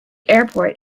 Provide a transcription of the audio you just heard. airport